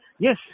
Yes